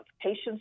patients